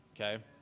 okay